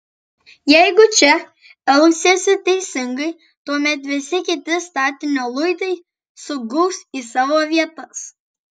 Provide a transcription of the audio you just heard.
jeigu čia elgsiesi teisingai tuomet visi kiti statinio luitai suguls į savo vietas